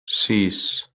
sis